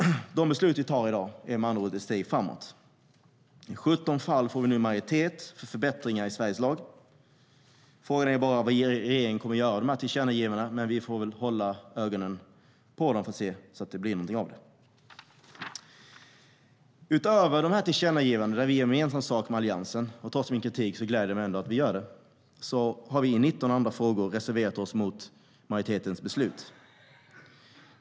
De beslut vi fattar i dag är med andra ord ett steg framåt. I 17 fall får vi nu majoritet för förbättringar i svensk lag. Frågan är vad regeringen kommer att göra med dessa tillkännagivanden, men vi får hålla ögonen på dem och se till att det blir något av det. Utöver dessa tillkännagivanden där vi gör gemensam sak med Alliansen - och trots min kritik gläder det mig att vi gör det - har vi i 19 frågor reserverat oss mot majoritetens beslut.